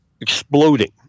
exploding